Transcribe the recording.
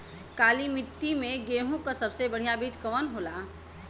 काली मिट्टी में गेहूँक सबसे बढ़िया बीज कवन होला?